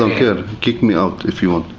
don't care. kick me out if you want.